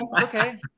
Okay